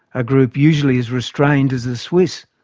a group usually as restrained as the swiss.